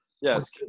Yes